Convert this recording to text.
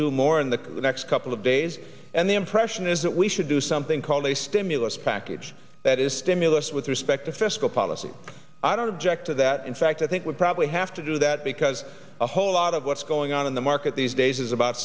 do more in the next couple of days and the impression is that we should do something called a stimulus package that is stimulus with respect to fiscal policy i don't object to that in fact i think we probably have to do that because a whole lot of what's going on in the market these days is about